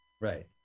Right